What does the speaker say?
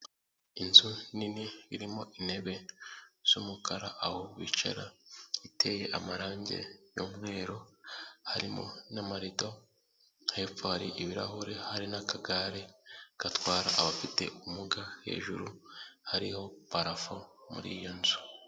Inzu nini irimo intebe z'umukara aho bicara iteye amarangi y'umweru harimo n'amarido hepfo hari ibirahure hari n'akagare gatwara abafite ubumuga, hejuru hariho parafu muri iyo nzu.